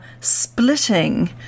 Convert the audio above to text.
splitting